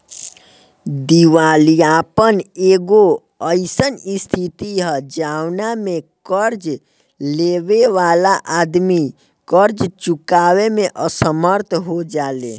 दिवालियापन एगो अईसन स्थिति ह जवना में कर्ज लेबे वाला आदमी कर्ज चुकावे में असमर्थ हो जाले